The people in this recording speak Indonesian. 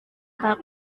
pak